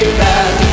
bad